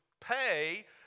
pay